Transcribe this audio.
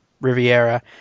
Riviera